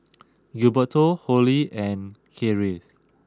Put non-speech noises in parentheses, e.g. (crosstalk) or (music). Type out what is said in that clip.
(noise) Gilberto Holly and Kathryn